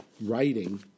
writing